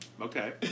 Okay